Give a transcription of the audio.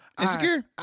insecure